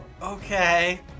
Okay